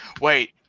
Wait